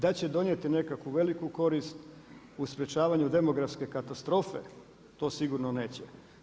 Da će donijeti nekakvu veliku korist u sprječavanju demografske katastrofe to sigurno neće.